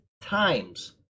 times